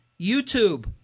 YouTube